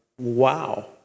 wow